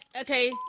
Okay